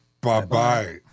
bye-bye